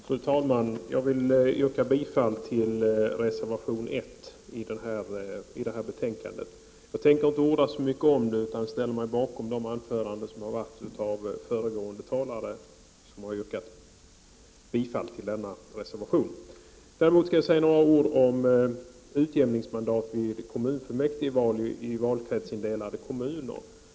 Fru talman! Jag vill yrka bifall till reservation 1 till detta betänkande. Jag tänker inte orda så mycket om den, utan ställer mig bakom de anföranden som redan hållits av talare som yrkat bifall till denna motion. Däremot vill jag säga några ord om utjämningsmandat vid kommunfullmäktigeval i valkretsindelade kommuner.